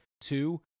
Two